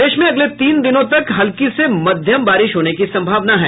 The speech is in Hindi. प्रदेश में अगले तीन दिनों तक हल्की से मध्यम बारिश होने की संभावना है